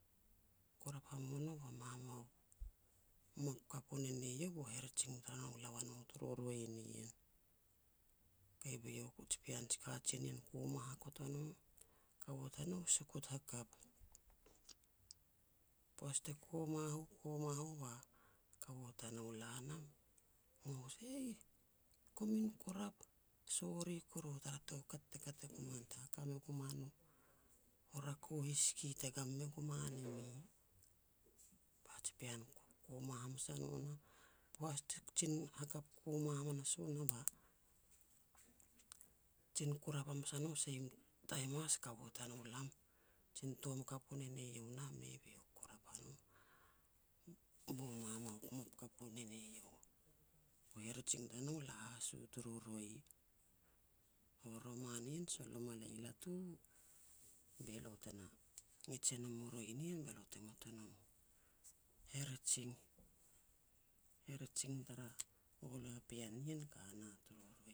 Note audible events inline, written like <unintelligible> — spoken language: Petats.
Kurap hamua no ba mamaup ngoup kapu ne ne iau bu herejing tanou la ua no turu roi ien. Kei, be iau ku ji pean ji kajen nien koma hakot o no, kaua tanou sukut hakap. Poaj te koma u-kuma u ba kaua tanou la nam, <unintelligible> "Eih, komin kurap, sori kuru tara toukat te kat e gu man te haka me gu man u-u rako hiski te gam me gu man e mi." Ba ji pean kuma hamas a no nah, poaj te kajin hakap kuma hamas u nah ba, jin kurap hamas a no seim taim has kaua tanou lam, jin tom kapu ne ne iau nah, mei, be iau kurap a no <noise> bu mamaup ngoup kapu ne ne iau, u herejing tanou e la has u turu roi. So, roman ien sol lo ma lei latu, be lo tena ngej e nom u roi nien, be lo te ngok e nom herejing, herejing tara hualu a pean nien kana turu roi.